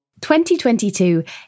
2022